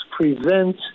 prevent